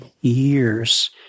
years